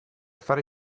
fare